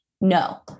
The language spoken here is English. No